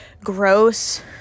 gross